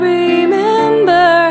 remember